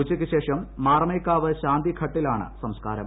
ഉച്ചയ്ക്കുശേഷം മാറമേക്കാവ് ശാന്തിഘട്ടിലാണ് സംസ്കാരം